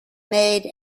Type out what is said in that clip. made